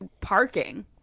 parking